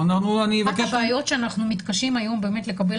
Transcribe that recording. אחת הבעיות שאנחנו מתקשים היום באמת לקבל